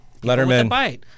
letterman